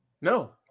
No